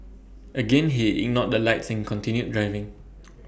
again he ignored the lights and continued driving